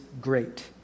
great